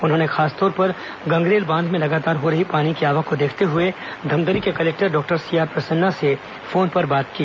उन्होंने खासतौर पर गंगरेल बांध में लगातार हो रही पानी की आवक को देखते हुए धमतरी के कलेक्टर डॉक्टर सीआर प्रसन्ना से फोन पर बात की